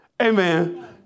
amen